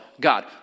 God